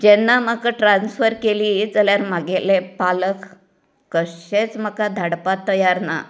जेन्ना म्हाका ट्रान्सफर केली जाल्यार मागेले पालक कशेंच म्हाका धाडपाक तयार ना